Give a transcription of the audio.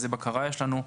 איזו בקרה יש לנו,